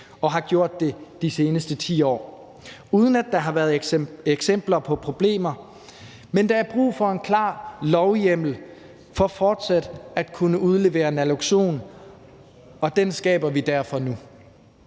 og har gjort det de seneste 10 år, uden at der har været eksempler på problemer. Men der er brug for en klar lovhjemmel for fortsat at kunne udlevere naloxon, og den skaber vi derfor nu.